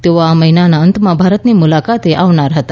તેઓ આ મહિનાના અંતમાં ભારતની મુલાકાતે આવનાર હતા